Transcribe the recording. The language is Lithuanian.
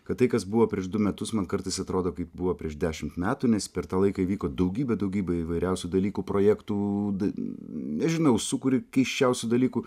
kad tai kas buvo prieš du metus man kartais atrodo kaip buvo prieš dešimt metų nes per tą laiką įvyko daugybė daugybė įvairiausių dalykų projektų nežinau sukuri keisčiausių dalykų